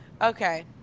Okay